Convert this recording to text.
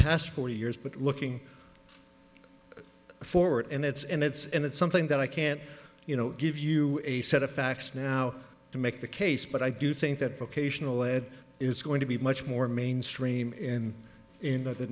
past forty years but looking forward and it's and it's and it's something that i can't you know give you a set of facts now to make the case but i do think that book ational lead is going to be much more mainstream in in the